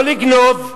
לא לגנוב,